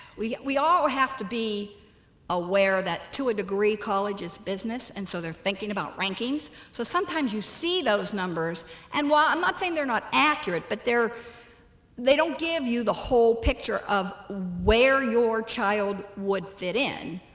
we we all have to be aware that to a degree college is business and so they're thinking about rankings so sometimes you see those numbers and well i'm not saying they're not accurate but there they don't give you the whole picture of where your child would fit in